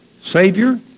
Savior